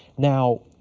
now,